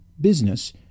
business